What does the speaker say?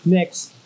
Next